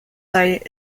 site